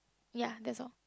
ya that's all